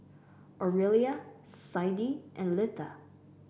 Orelia Siddie and Litha